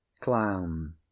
clown